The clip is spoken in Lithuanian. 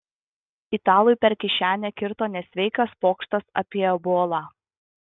italui per kišenę kirto nesveikas pokštas apie ebolą